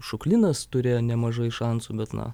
šuklinas turėjo nemažai šansų bet na